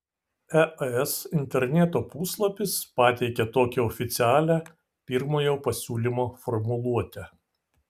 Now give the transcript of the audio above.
es interneto puslapis pateikia tokią oficialią pirmojo pasiūlymo formuluotę